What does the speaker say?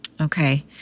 Okay